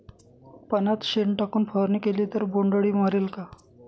पाण्यात शेण टाकून फवारणी केली तर बोंडअळी मरेल का?